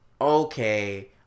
okay